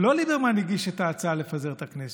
לא ליברמן הגיש את ההצעה לפזר את הכנסת.